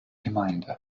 gemeinde